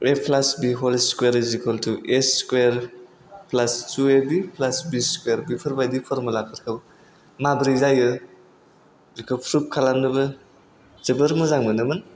ए plus b whole square एजिखोल थु a square plus two a b plus b square बेफोरबादि फरमुलाफोरखौ माबोरै जायो बेखौ प्रुफ खालामनोबो जोबोर मोजां मोनोमोन